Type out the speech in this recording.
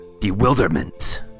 bewilderment